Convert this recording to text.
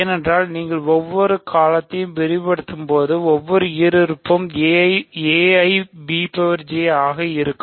ஏனென்றால் நீங்கள் ஒவ்வொரு காலத்தையும் விரிவுபடுத்தும்போது ஒவ்வொரு ஈருறுப்பு காலமும் ஆக இருக்கும்